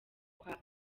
kwa